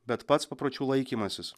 bet pats papročių laikymasis